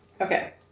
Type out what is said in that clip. Okay